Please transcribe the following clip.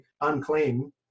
unclean